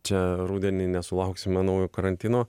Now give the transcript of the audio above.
čia rudenį nesulauksime naujo karantino